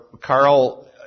Carl